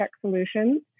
solutions